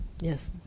Yes